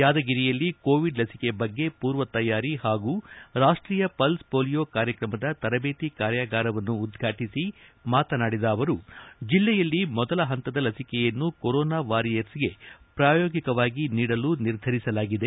ಯಾದಗಿರಿಯಲ್ಲಿ ಕೋವಿಡ್ ಲಿಸಿಕೆ ಬಗ್ಗೆ ಪೂರ್ವ ತಯಾರಿ ಹಾಗೂ ರಾಷ್ಟೀಯ ಪಲ್ಲ್ ಪೋಲಿಯೊ ಕಾರ್ಯಕ್ರಮದ ತರದೇತಿ ಕಾರ್ಯಾಗಾರವನ್ನು ಉದ್ರಾಟಿಸಿ ಮಾತನಾಡಿದ ಅವರು ಜಿಲ್ಲೆಯಲ್ಲಿ ಮೊದಲ ಹಂತದ ಲಿಸಿಕೆಯನ್ನು ಕೊರೋನಾ ವಾರಿಯರ್ಸ್ಗೆ ಪ್ರಾಯೋಗಿಕವಾಗಿ ನೀಡಲು ನಿರ್ಧರಿಸಲಾಗಿದೆ